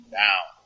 down